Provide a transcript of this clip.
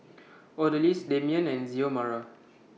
Odalys Damion and Xiomara